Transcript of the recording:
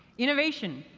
innovation,